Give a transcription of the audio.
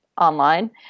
online